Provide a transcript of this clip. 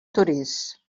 torís